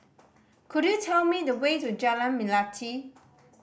could you tell me the way to Jalan Melati